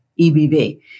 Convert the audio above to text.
EBV